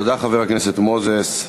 תודה, חבר הכנסת מוזס.